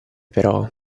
però